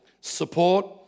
support